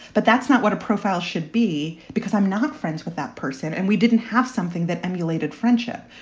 but that's not what a profile should be, because i'm not friends with that person. and we didn't have something that emulated friendship.